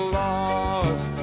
lost